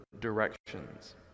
directions